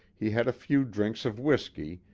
he had a few drinks of whiskey,